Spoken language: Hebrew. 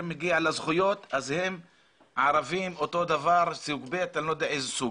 זה מגיע לזכויות הערבים אותו דבר סוג ב' או אני לא יודע איזה סוג.